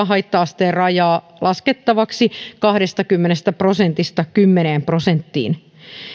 haitta asteen rajaa laskettavaksi kahdestakymmenestä prosentista kymmeneen prosenttiin